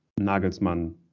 Nagelsmann